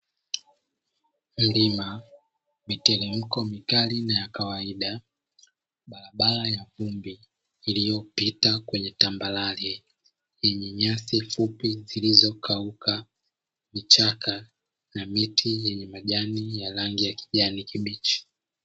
Milima, miteremko mikali na ya kawaida, barabara ya vumbi iliyopita kwenye tambarare yenye nyasi fupi zilizokauka, vichaka na miti yenye majani ya rangi ya kijani kibichi.